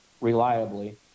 reliably